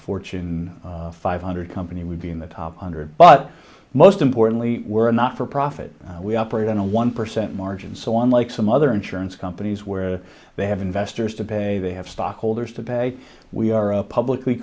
fortune five hundred company would be in the top hundred but most importantly we're not for profit we operate in a one percent margin so unlike some other insurance companies where they have investors to pay they have stockholders to pay we are a publicly